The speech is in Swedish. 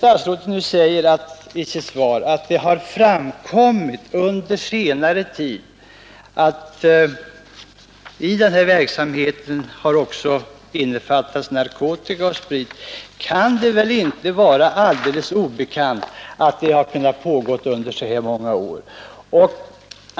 Statsrådet säger i sitt svar, att det under senare tid har framkommit att verksamheten omfattar även narkotika och sprit. Det kan väl inte vara alldeles obekant att denna verksamhet har pågått under många år.